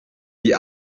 die